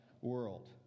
world